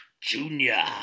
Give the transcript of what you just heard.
Junior